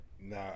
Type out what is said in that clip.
Nah